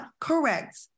correct